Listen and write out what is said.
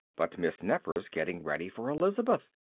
but miss nefer's getting ready for elizabeth.